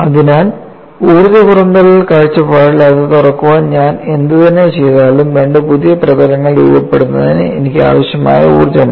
അതിനാൽ ഊർജ്ജ പുറന്തള്ളൽ കാഴ്ചപ്പാടിൽ അത് തുറക്കാൻ ഞാൻ എന്തുതന്നെ ചെയ്താലും രണ്ട് പുതിയ പ്രതലങ്ങൾ രൂപപ്പെടുത്തുന്നതിന് എനിക്ക് ആവശ്യമായ ഊർജ്ജമാണ്